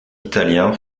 italiens